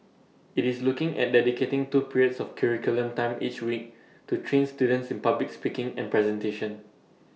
IT is looking at dedicating two periods of curriculum time each week to train students in public speaking and presentation